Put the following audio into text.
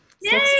Yay